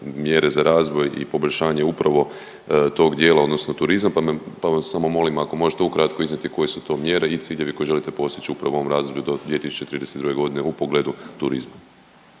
mjere za razvoj i poboljšanje upravo tog dijela odnosno turizam, pa vas samo molim ako možete ukratko iznijeti koje su to mjere i ciljevi koje želite postići upravo u ovom razdoblju do 2032. g. u pogledu turizma?